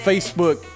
Facebook